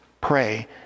pray